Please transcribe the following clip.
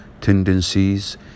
tendencies